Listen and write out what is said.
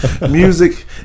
Music